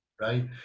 right